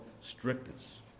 strictness